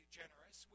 generous